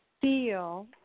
feel